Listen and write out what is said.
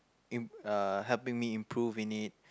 im~ uh helping me improve in it